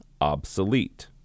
obsolete